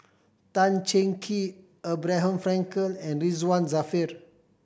Tan Cheng Kee Abraham Frankel and Ridzwan Dzafir